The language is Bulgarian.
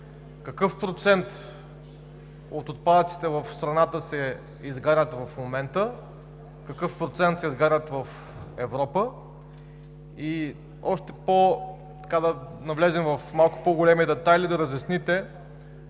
какъв процент от отпадъците в страната се изгарят в момента; какъв процент се изгарят в Европа, а и в малко по-големи детайли да разясните